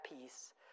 peace